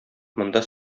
монда